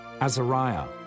Azariah